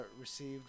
received